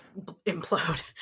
implode